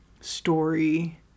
story